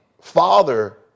father